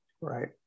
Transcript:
Right